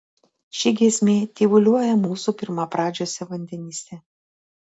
ši giesmė tyvuliuoja mūsų pirmapradžiuose vandenyse